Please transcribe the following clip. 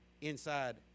inside